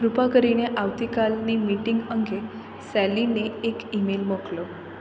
કૃપા કરીને આવતીકાલની મીટિંગ અંગે સેલીને એક ઈમેલ મોકલો